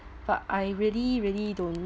but I really really don't